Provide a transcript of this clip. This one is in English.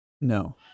No